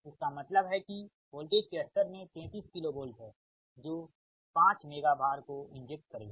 इसका मतलब है कि वोल्टेज के स्तर में 33 KV है जो 5 मेगा VAR को इंजेक्ट करेगा